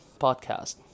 podcast